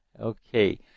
Okay